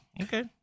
Okay